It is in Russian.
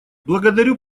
благодарю